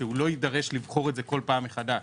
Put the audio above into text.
שלא יידרש לבחור את זה כל פעם מחדש,